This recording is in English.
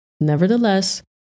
Nevertheless